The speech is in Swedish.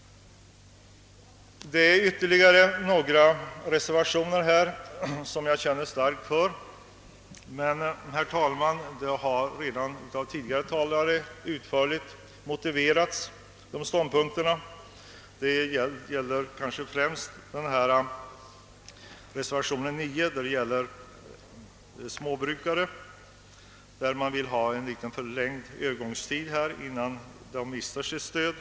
Det finns ytterligare reservationer i utskottsutlåtandet som jag känner stark sympati för. Det gäller kanske främst reservationen nr 9 med förslag om en något förlängd övergångstid för småbrukare innan dessa mister sitt stöd.